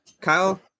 Kyle